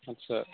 আচ্ছা